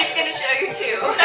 show you too.